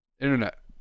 Internet